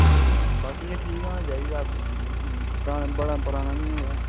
होर बाकी इ'यां ठीक होना चाहिदा ब ता बड़ा पराना निं होऐ